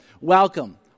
welcome